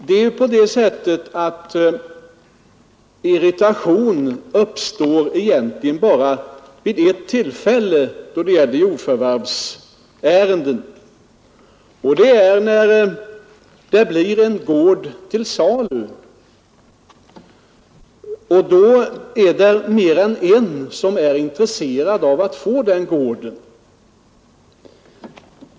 Herr talman! När det gäller jordförvärvsärenden uppstår det egentligen bara irritation vid ett speciellt tillfälle, nämligen när en gård blir till salu och det finns flera som är intresserade av att köpa den.